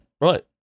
Right